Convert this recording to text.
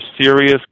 serious